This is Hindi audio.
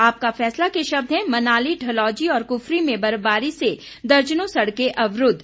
आपका फैसला के शब्द हैं मनाली डलहौजी और कुफरी में बर्फबारी से दर्जनों सड़के अवरूद्व